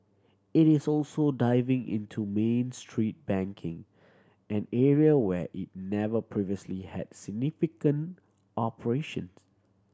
it is also diving into Main Street banking an area where it never previously had significant operations